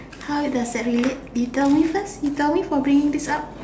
how it does that relate you tell me first you tell me for bringing this up